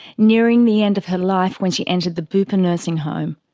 nearing the end of her life when she entered the bupa nursing home.